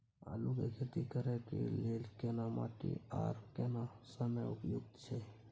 आलू के खेती करय के लेल केना माटी आर केना समय उपयुक्त छैय?